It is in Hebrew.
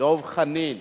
דב חנין,